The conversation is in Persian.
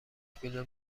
فیلم